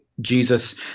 Jesus